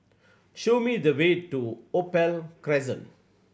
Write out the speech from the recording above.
show me the way to Opal Crescent